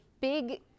big